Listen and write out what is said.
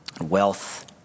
wealth